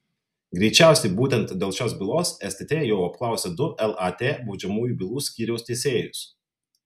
greičiausiai būtent dėl šios bylos stt jau apklausė du lat baudžiamųjų bylų skyriaus teisėjus